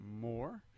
more